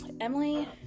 Emily